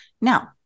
Now